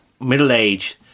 middle-aged